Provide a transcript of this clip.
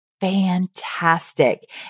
fantastic